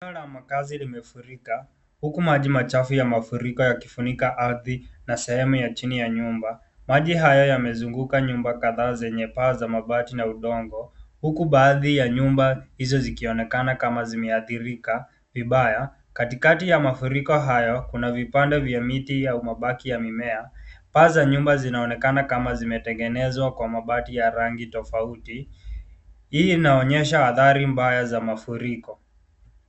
Eneo la makazi limefurika, huku maji machafu ya mafuriko yakifunika ardhi na sehemu ya chini ya nyumba. Maji haya yamezunguka nyumba kadhaa zenye paa za mabati na udongo, huku baadhi ya nyumba hizo zikionekana kama zimeathirika vibaya. Katikati ya mafuriko hayo, kuna vipande vya miti au mabaki ya mimea. Paa za nyumba zinaonekana kama zimetengenezwa kwa mabati ya rangi tofauti. Hii inaonyesha athari mbaya za mafuriko.